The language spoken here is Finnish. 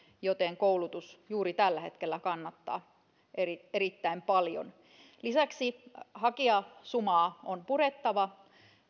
joten koulutus juuri tällä hetkellä kannattaa erittäin paljon lisäksi hakijasumaa on purettava